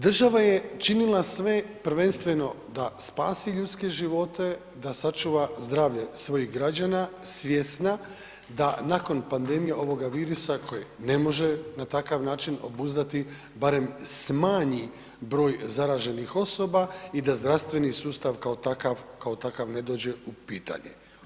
Država je činila sve prvenstveno da spasi ljudske živote, da sačuva zdravlje svojih građana svjesna da nakon pandemije ovoga virusa kojeg ne može na takav način obuzdati barem smanji broj zaraženih osoba i da zdravstveni sustav kao takav, kao takav ne dođe u pitanje.